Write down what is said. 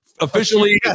officially